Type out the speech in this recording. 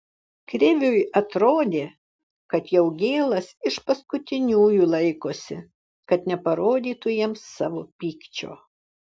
kriviui atrodė kad jaugėlas iš paskutiniųjų laikosi kad neparodytų jiems savo pykčio